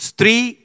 three